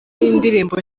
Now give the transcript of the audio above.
y’indirimbo